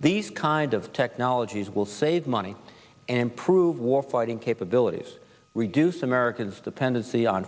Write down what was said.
these kind of technologies will save money and improve war fighting capabilities reduce americans dependency on